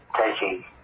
taking